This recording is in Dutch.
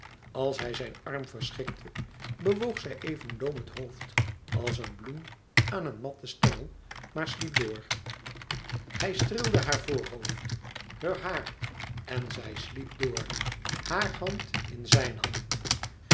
als hij zijn arm verschikte bewoog zij even loom het hoofd als een bloem aan een matten stengel maar sliep door hij streelde haar voorhoofd heur haar en zij sliep door hare hand in zijn hand